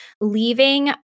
leaving